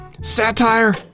satire